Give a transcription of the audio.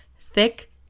thick